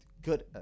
Good